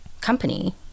company